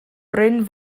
bryn